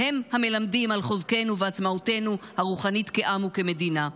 והם המלמדים על חוזקנו ועצמאותנו הרוחנית כעם וכמדינה.